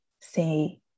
say